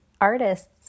artists